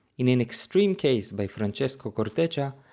in an extreme case by francesco corteccia,